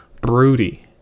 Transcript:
broody